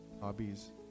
hobbies